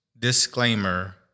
Disclaimer